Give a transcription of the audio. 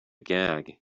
gag